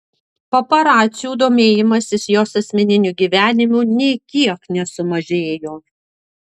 paparacių domėjimasis jos asmeniniu gyvenimu nė kiek nesumažėjo